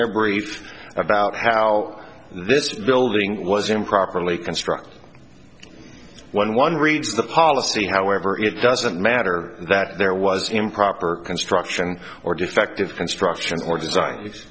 their brief about how this building was improperly constructed when one reads the policy however it doesn't matter that there was improper construction or defective construction or design